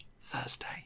Thursday